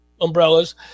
umbrellas